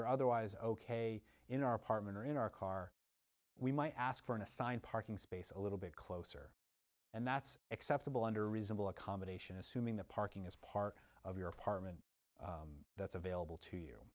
were otherwise ok in our apartment or in our car we might ask for an assigned parking space a little bit closer and that's acceptable under reasonable accommodation assuming the parking is part of your apartment that's available to you